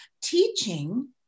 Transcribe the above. teaching